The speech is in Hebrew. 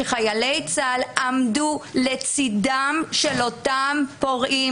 שחיילי צה"ל עמדו לצדם של אותם פורעים,